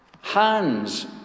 Hands